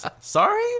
sorry